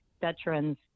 Veterans